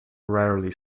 rarely